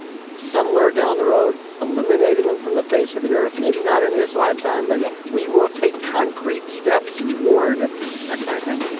somewhere down the road, eliminating them from the face of the earth. maybe not in his lifetime, but yeah we will take concrete steps toward that kind of thing.